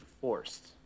forced